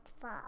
fall